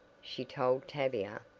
she told tavia,